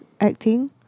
acting